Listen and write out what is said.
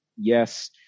yes